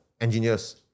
engineers